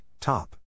top